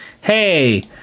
Hey